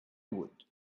wood